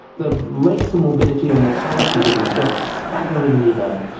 the rates of morbidity or mortality with these drugs is staggeringly low.